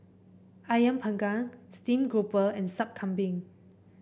ayam panggang Steamed Grouper and Sup Kambing